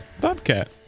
bobcat